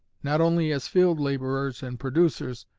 not only as field laborers and producers,